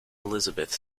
elisabeth